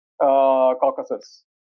Caucasus